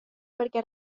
perquè